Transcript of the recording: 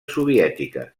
soviètiques